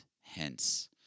hence